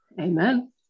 Amen